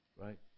right